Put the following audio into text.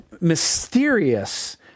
mysterious